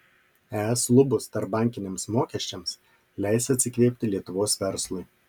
es lubos tarpbankiniams mokesčiams leis atsikvėpti lietuvos verslui